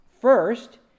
First